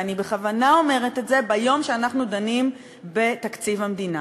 ואני בכוונה אומרת את זה ביום שאנחנו דנים בתקציב המדינה,